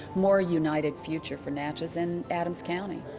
more united future for natchez and adams county.